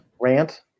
rant